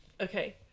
Okay